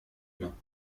main